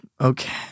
Okay